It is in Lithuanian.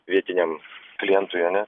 vietiniam klientui ane